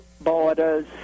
borders